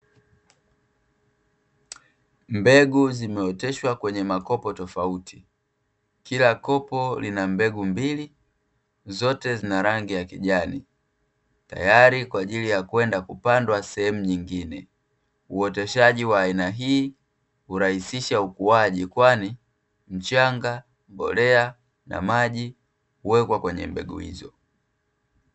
Mbegu zimeoteshwa kwenye makopo tofauti. Kila kopo lina mbegu mbili, zote zina rangi ya kijani, tayari kwa ajili ya kwenda kupandwa sehemu nyingine. Uoteshaji wa aina hii hurahisisha ukuaji, kwani mchanga, mbolea na maji huwekwa kwenye mbegu hizo.